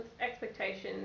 expectations